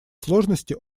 сложности